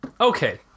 Okay